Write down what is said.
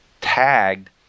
tagged